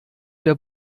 der